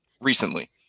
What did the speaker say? recently